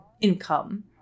income